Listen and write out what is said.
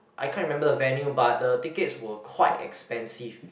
I can't remember the venue but the tickets were quite expensive